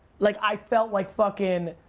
like, i felt like fucking,